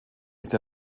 ist